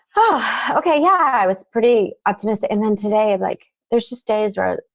oh, ok. yeah. i was pretty optimistic. and then today, like, there's just days where,